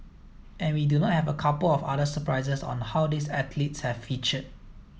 and we do not have a couple of other surprises on how these athletes have featured